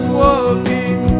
walking